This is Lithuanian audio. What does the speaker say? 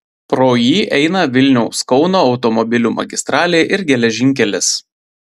pro jį eina vilniaus kauno automobilių magistralė ir geležinkelis